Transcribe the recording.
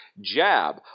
Jab